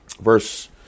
verse